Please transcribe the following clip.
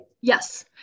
Yes